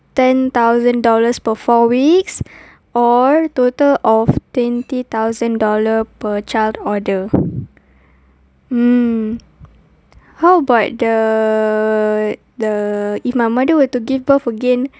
ten thousand dollars per four weeks or a total of twenty thousand dollar per child order mm how about the the if my mother were to give birth again